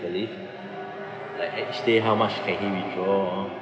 believe like each day how much can he withdraw